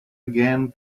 again